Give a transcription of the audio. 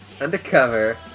Undercover